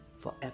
forever